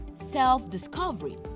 self-discovery